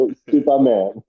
superman